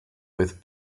with